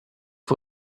for